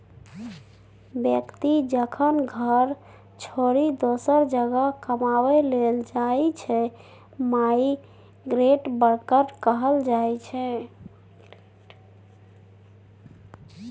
बेकती जखन घर छोरि दोसर जगह कमाबै लेल जाइ छै माइग्रेंट बर्कर कहल जाइ छै